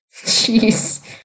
Jeez